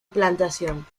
plantación